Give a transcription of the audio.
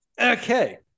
Okay